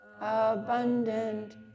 abundant